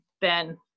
Ben